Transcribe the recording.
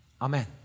Amen